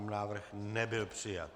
Návrh nebyl přijat.